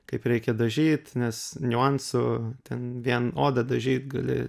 kaip reikia dažyt nes niuansų ten vien odą dažyt gali